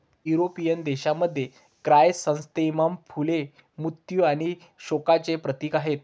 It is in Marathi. युरोपियन देशांमध्ये, क्रायसॅन्थेमम फुले मृत्यू आणि शोकांचे प्रतीक आहेत